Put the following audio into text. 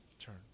turn